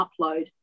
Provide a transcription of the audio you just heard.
upload